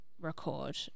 record